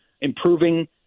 improving